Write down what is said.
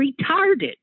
retarded